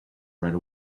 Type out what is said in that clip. right